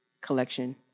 collection